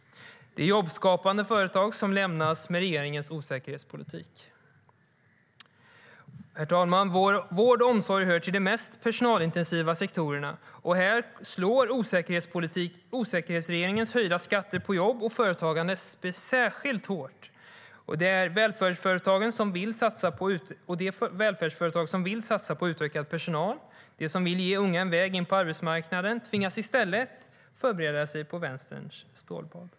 De jobbskapande företagen lämnas med regeringens osäkerhetspolitik. Herr talman! Vård och omsorg hör till de mest personalintensiva sektorerna. Här slår osäkerhetsregeringens höjda skatter på jobb och företagande särskilt hårt. De välfärdsföretag som vill satsa på utökad personal och ge unga en väg in på arbetsmarknaden tvingas i stället förbereda sig på Vänsterns stålbad.